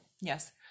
Yes